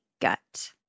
gut